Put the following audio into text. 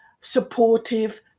supportive